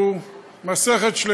בשטחים.